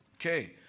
Okay